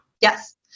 Yes